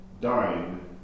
dying